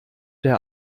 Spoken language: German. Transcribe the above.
der